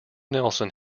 nelson